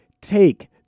take